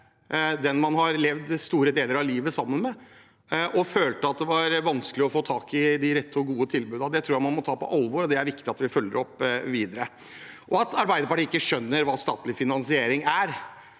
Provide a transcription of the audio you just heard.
den man har levd store deler av livet sammen med, og at de følte at det var vanskelig å få tak i de rette og gode tilbudene. Det tror jeg man må ta på alvor, og det er det viktig at vi følger opp videre. Til Arbeiderpartiet, som ikke skjønner hva statlig finansiering er: